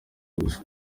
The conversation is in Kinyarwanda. gusa